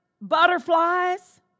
butterflies